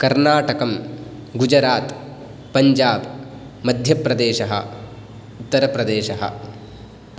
कर्णाटकम् गुजरात् पंजाब् मध्यप्रदेशः उत्तरप्रदेशः